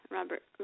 Robert